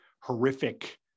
horrific